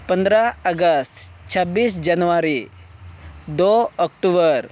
ᱯᱚᱱᱨᱚ ᱟᱜᱚᱥᱴ ᱪᱷᱟᱵᱽᱵᱤᱥ ᱡᱟᱱᱩᱣᱟᱨᱤ ᱫᱳ ᱚᱠᱴᱳᱵᱚᱨ